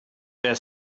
their